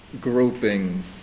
groupings